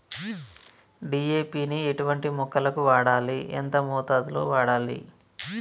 DAP ని ఎటువంటి మొక్కలకు వాడాలి? ఎంత మోతాదులో వాడాలి?